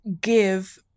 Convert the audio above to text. give